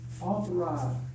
authorized